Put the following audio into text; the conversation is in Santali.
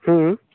ᱦᱩᱸ